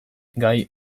gai